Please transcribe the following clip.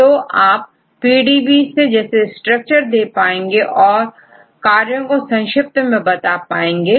तो आपPDB के जैसे स्ट्रक्चर दे पाएंगे और और कार्यों को संक्षिप्त में बता पाएंगे